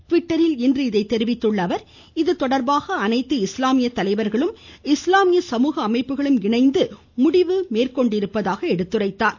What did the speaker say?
ட்விட்டரில் இன்று இதை தெரிவித்த அவர் இது தொடர்பாக அனைத்து இஸ்லாமிய தலைவர்களும் இஸ்லாமிய சமூக அமைப்புகளும் இணைந்து இம்முடிவை மேற்கொண்டுள்ளதாக தெரிவித்தார்